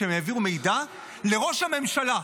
שהם העבירו מידע לראש הממשלה.